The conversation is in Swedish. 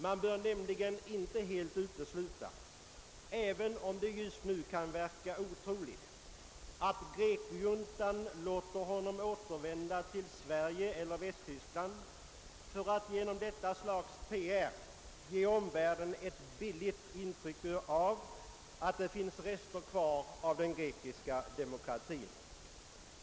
Man bör nämligen inte helt utesluta — även om det just nu kan verka otroligt — att grekjuntan låter Kotzikos återvända till Sverige eller Västtyskland för att genom detta slags PR ge omvärlden ett billigt intryck av att det finns rester kvar av den grekiska demokratin.